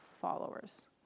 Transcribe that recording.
followers